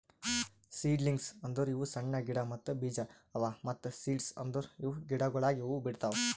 seedlings ಅಂದುರ್ ಇವು ಸಣ್ಣ ಗಿಡ ಮತ್ತ್ ಬೀಜ ಅವಾ ಮತ್ತ ಸೀಡ್ಸ್ ಅಂದುರ್ ಇವು ಗಿಡಗೊಳಾಗಿ ಹೂ ಬಿಡ್ತಾವ್